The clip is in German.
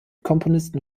komponisten